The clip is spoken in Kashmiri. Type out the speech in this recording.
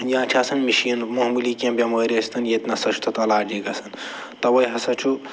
یا چھِ آسان مٔشیٖن معموٗلی کیٚنہہ بٮ۪مٲرۍ ٲسۍتَن ییٚتہِ نہ سہ چھِ تَتھ علاجے گژھان تَوَے ہسا چھُ